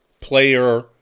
player